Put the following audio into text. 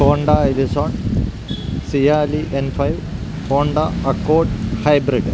Honda എഡിസോൺ സിയാലി N five Honda Accord hybrid